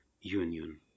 Union